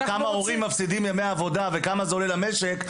כמה ימי עבודה מפסידים ההורים וכמה זה עולה למשק,